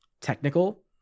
technical